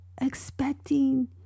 expecting